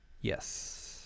yes